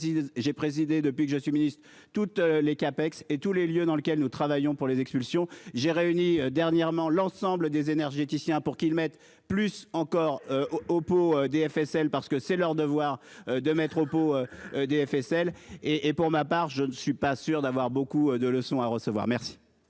j'ai présidé depuis que je suis ministre toutes les CAPEX et tous les lieux dans lesquels nous travaillons pour les expulsions. J'ai réuni dernièrement l'ensemble des énergéticiens pour qu'ils mettent plus encore au pot du FSL parce que c'est leur devoir de mettre au pot du FSL et et pour ma part je ne suis pas sûr d'avoir beaucoup de leçons à recevoir. Merci.